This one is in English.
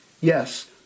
Yes